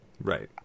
Right